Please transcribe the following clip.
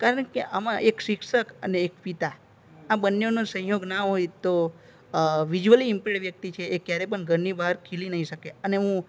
કારણ કે આમાં એક શિક્ષક અને એક પિતા આ બંનેનો સહયોગ ના હોય તો વિઝ્યુઅલી ઈમ્પૅર્ડ વ્યક્તિ છે એ ક્યારે પણ ઘરની બહાર ખીલી નહિ શકે અને હું